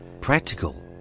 practical